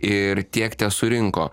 ir tiek tesurinko